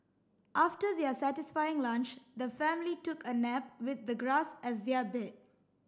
after their satisfying lunch the family took a nap with the grass as their bed